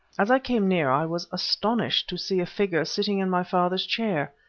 as i came near i was astonished to see a figure sitting in my father's chair.